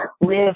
live